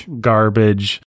garbage